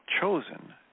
chosen